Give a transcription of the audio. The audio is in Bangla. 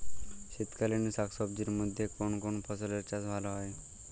শীতকালীন শাকসবজির মধ্যে কোন কোন ফসলের চাষ ভালো হয়?